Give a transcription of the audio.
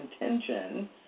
intention